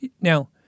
Now